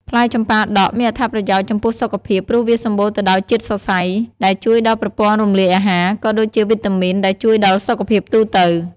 ផ្លែចម្ប៉ាដាក់ មានអត្ថប្រយោជន៍ចំពោះសុខភាព ព្រោះវាសម្បូរទៅដោយជាតិសរសៃ ដែលជួយដល់ប្រព័ន្ធរំលាយអាហារ ក៏ដូចជាវីតាមីនដែលជួយដល់សុខភាពទូទៅ។